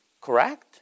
Correct